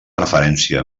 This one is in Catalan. referència